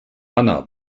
anna